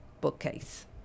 bookcase